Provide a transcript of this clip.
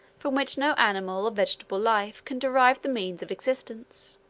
from which no animal or vegetable life can derive the means of existence.